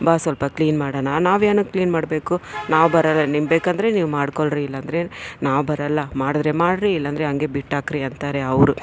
ಬಾ ಸ್ವಲ್ಪ ಕ್ಲೀನ್ ಮಾಡೋಣ ನಾವು ಏನಕ್ಕೆ ಕ್ಲೀನ್ ಮಾಡಬೇಕು ನಾವು ಬರೊಲ್ಲ ನಿಮ್ಮ ಬೇಕೆಂದ್ರೆ ನೀವು ಮಾಡ್ಕೋಳ್ರಿ ಇಲ್ಲಂದ್ರೆ ನಾವು ಬರೊಲ್ಲ ಮಾಡಿದ್ರೆ ಮಾಡಿರಿ ಇಲ್ಲಂದ್ರೆ ಹಂಗೆ ಬಿಟ್ಟಾಕ್ರಿ ಅಂತಾರೆ ಅವ್ರು